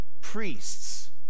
Priests